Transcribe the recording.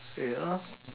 ya